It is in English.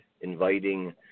inviting